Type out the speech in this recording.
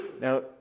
Now